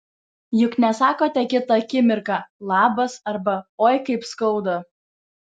juk nesakote kitą akimirką labas arba oi kaip skauda